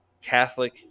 Catholic